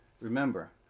Remember